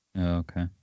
Okay